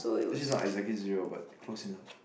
actually it's not exactly zero but close enough